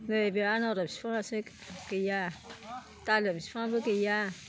नैबे आनारज बिफांआसो गैया डालिम बिफांआबो गैया